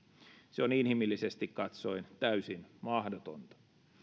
se on inhimillisesti katsoen täysin mahdotonta